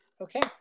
Okay